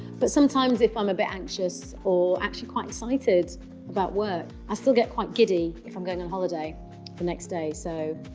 but, sometimes, if i'm a bit anxious or actually quite excited about work, i still get quite giddy if i'm going on a holiday the next day. so,